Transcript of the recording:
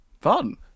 Fun